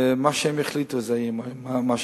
ומה שהם יחליטו יהיה מה שנקבל.